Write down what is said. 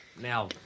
Now